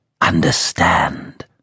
understand